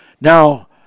now